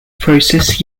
process